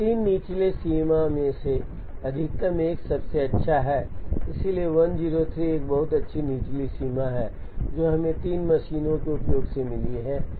अब 3 निचले सीमा में से अधिकतम एक सबसे अच्छा है इसलिए 103 एक बहुत अच्छी निचली सीमा है जो हमें 3 मशीनों के उपयोग से मिली है